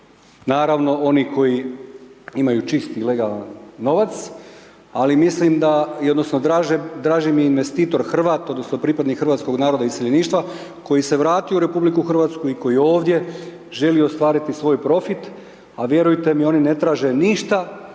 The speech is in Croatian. Naravno oni koji imaju čisti i legalan novac. Ali mislim da i odnosno draži mi je investitor Hrvat, odnosno pripadnih hrvatskog naroda, iz iseljeništva, koji se vratio u RH i koji ovdje želi ostvariti svoj profit a vjerujte mi oni ne traže ništa